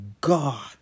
God